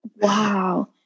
Wow